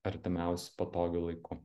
artimiausiu patogiu laiku